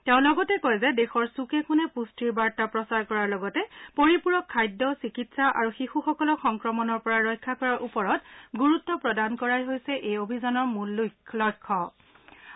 তেওঁ লগতে কয় দেশৰ চূকে কোণে পুষ্টিৰ বাৰ্তা প্ৰচাৰ কৰাৰ লগতে পৰিপূৰক খাদ্য চিকিৎসা আৰু শিশুসকলক সংক্ৰমণৰ পৰা ৰক্ষা কৰাৰ ওপৰত গুৰুত্ব প্ৰদান কৰাই এই অভিযানৰ মূল লক্ষ্য বা উদ্দেশ্যে